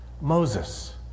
Moses